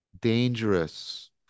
dangerous